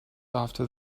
after